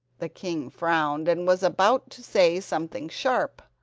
the king frowned, and was about to say something sharp,